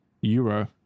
Euro